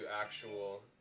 actual